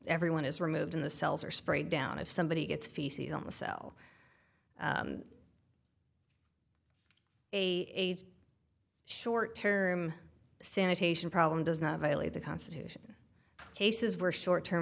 everyone is removed in the cells or spray down if somebody gets feces on the cell a short term sanitation problem does not violate the constitution cases where short term